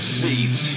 seat